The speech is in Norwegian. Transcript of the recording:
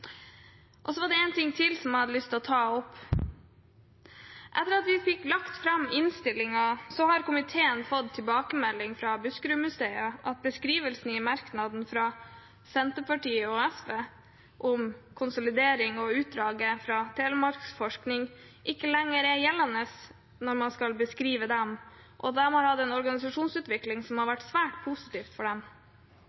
en ting til jeg har lyst til å ta opp. Etter at vi la fram innstillingen, har komiteen fått tilbakemelding fra Buskerudmuseet om at beskrivelsen i merknaden fra Senterpartiet og SV om konsolidering og utdraget fra Telemarksforsking ikke lenger er gjeldende når man skal beskrive dem. De har hatt en organisasjonsutvikling som har